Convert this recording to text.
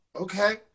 Okay